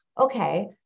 okay